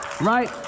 Right